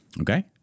Okay